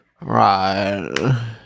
Right